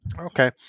Okay